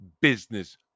business